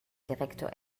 direktor